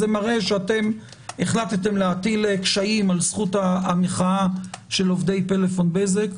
מזה מראה שאתם החלטתם להטיל קשיים על זכות המחאה של עובדי פלאפון-בזק.